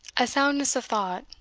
a soundness of thought,